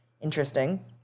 Interesting